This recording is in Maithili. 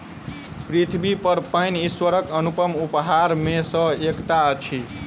पृथ्वीपर पाइन ईश्वरक अनुपम उपहार मे सॅ एकटा अछि